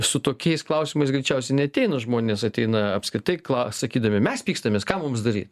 su tokiais klausimais greičiausiai neateina žmonės ateina apskritai sakydami mes pykstamės kam mums daryt